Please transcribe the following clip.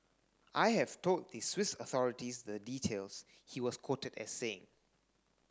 I have told the Swiss authorities the details he was quoted as saying